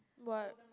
what